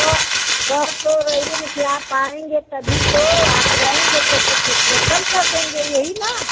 तो कह तो रही हूँ कि आप आएंगे तभी तो आप रहेंगे तो कुछ उसमें कम कर देंगे यही ना